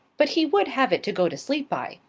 but he would have it to go to sleep by.